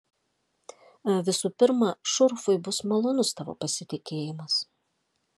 visų pirma šurfui bus malonus tavo pasitikėjimas